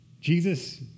Jesus